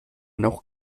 noch